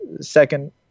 second